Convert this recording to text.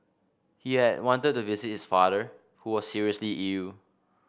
he had wanted to visit his father who was seriously ill